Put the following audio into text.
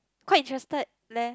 quite interested leh